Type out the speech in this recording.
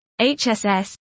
HSS